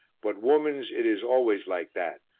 but womans it is always like that.